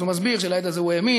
אז הוא מסביר שלעד הזה הוא האמין,